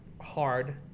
hard